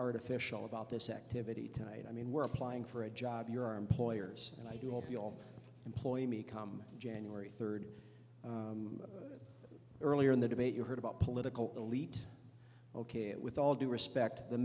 artificial about this activity tonight i mean we're applying for a job you're our employers and i do hope you'll employ me come january third earlier in the debate you heard about political elite ok with all due